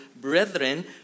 brethren